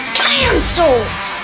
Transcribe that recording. cancelled